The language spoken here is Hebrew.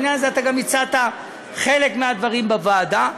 בעניין הזה אתה גם הצעת חלק מהדברים בוועדה.